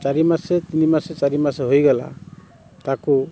ଚାରିମାସେ ତିନିମାସେ ଚାରିମାସେ ହୋଇଗଲା ତାକୁ